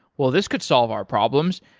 well, this could solve our problems.